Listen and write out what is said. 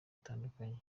butandukanye